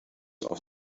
auf